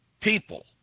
people